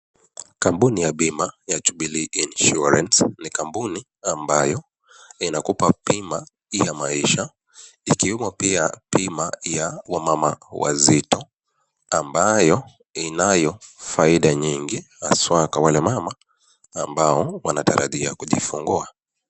Kampuni ya bima ya Jubilee Insuarance ni kampuni ambayo inakupa bima ya maisha ikiwemo pia bima ya wamama wazito ambayo inayo faida nyingi haswa kwa wale mama ambao wanatarajia kujifungua.